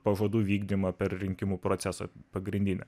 pažadų vykdymą per rinkimų procesą pagrindinę